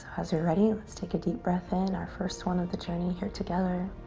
as you're ready, let's take a deep breath in, our first one of the journey here together.